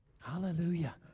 Hallelujah